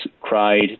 cried